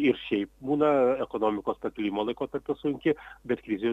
ir šiaip būna ekonomikos pakilimo laikotarpiu sunki bet krizių